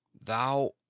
Thou